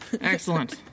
Excellent